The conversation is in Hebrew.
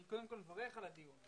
אני קודם כל מברך על הדיון,